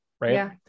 Right